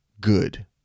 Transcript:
good